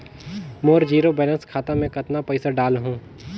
मोर zero balance खाता मे कतना पइसा डाल हूं?